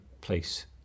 place